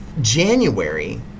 January